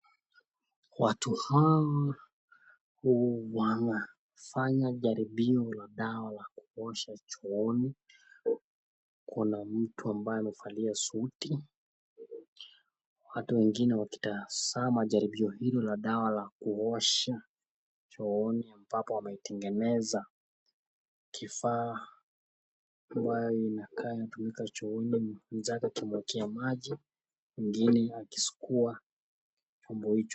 Watu hawa wanafanya jaribio la dawa ya kuosha chooni, kuna mtu ambaye amevalia suti. Watu wengine wakitazama jaribio hilo la dawa la kuosha chooni ambapo wameitengeneza kifaa ambayo inakaa inatumika chooni, mwenzake akimwagia maji mwingine akisugua chombo hicho.